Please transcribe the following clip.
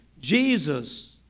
Jesus